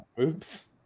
Oops